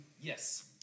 Yes